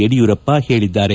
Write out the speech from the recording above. ಯಡಿಯೂರಪ್ಪ ಹೇಳಿದ್ದಾರೆ